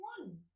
one